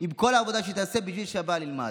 עם כל העבודה שהיא תעשה בשביל שהבעל ילמד.